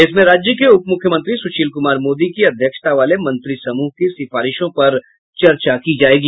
इसमें राज्य को उप मुख्यमंत्री सुशील कुमार मोदी की अध्यक्षता वाले मंत्री समूह की सिफारिशों पर चर्चा की जायेगी